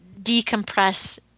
decompress